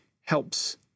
helps